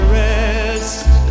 rest